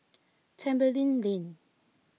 Tembeling Lane